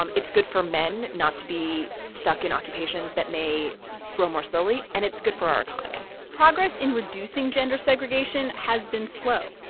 um it's good for men not to be stuck in occupations that may grow more slowly. and it's good for our economy progress in reducing gender segregation has been slow.